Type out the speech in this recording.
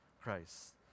Christ